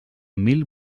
mil